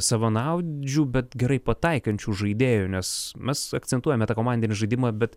savanaudžių bet gerai pataikančių žaidėjų nes mes akcentuojame tą komandinį žaidimą bet